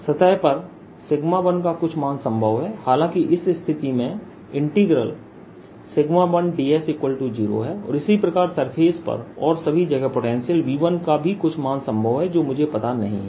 सतह पर सिग्मा 1का कुछ मान संभव है हालांकि इस स्थिति में 1ds0 है और इसी प्रकार सरफेस पर और सभी जगह पोटेंशियल V1 का भी कुछ मान संभव है जो मुझे पता नहीं है